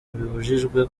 bibujijwe